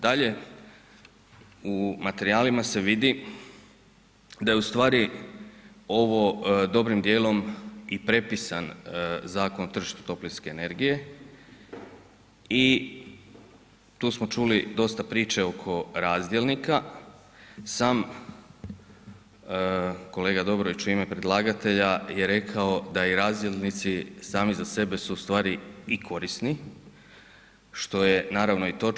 Dalje u materijalima se vidi da je ustvari ovo dobrim dijelom i prepisan Zakon o tržištu toplinske energije i tu smo čuli dosta priče oko razdjelnika, sam kolega Dobrović u ime predlagatelja je rekao da i razdjelnici sami za sebe su u stvari i korisni, što je naravno i točno.